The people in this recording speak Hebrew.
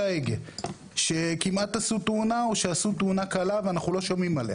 ההגה וכמעט עשו תאונה או שעשו תאונה קלה ואנחנו לא שומעים עליה